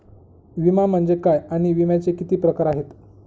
विमा म्हणजे काय आणि विम्याचे किती प्रकार आहेत?